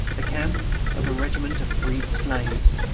the camp of a regiment of freed slaves.